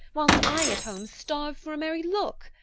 whilst i at home starve for a merry look.